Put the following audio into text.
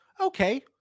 okay